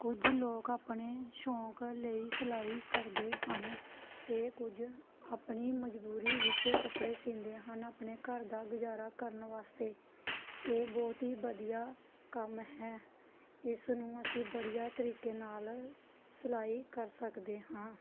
ਕੁਝ ਲੋਕ ਆਪਣੇ ਸ਼ੌਂਕ ਲਈ ਸਿਲਾਈ ਕਰਦੇ ਹਨ ਅਤੇ ਕੁਝ ਆਪਣੀ ਮਜਬੂਰੀ ਵਿੱਚ ਕੱਪੜੇ ਸੀਂਦੇ ਹਨ ਆਪਣੇ ਘਰ ਦਾ ਗੁਜ਼ਾਰਾ ਕਰਨ ਵਾਸਤੇ ਇਹ ਬਹੁਤ ਹੀ ਵਧੀਆ ਕੰਮ ਹੈ ਇਸਨੂੰ ਅਸੀਂ ਬੜੀਆਂ ਤਰੀਕੇ ਨਾਲ ਸਿਲਾਈ ਕਰ ਸਕਦੇ ਹਾਂ